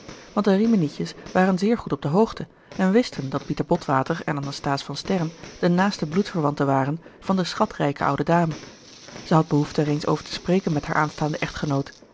want de riminietjes waren zeer goed op de hoogte en wisten dat pieter botwater en anasthase van sterren de naaste bloedverwanten waren van de schatrijke oude dame zij had behoefte er eens over te spreken met haar aanstaanden echtgenoot